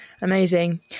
Amazing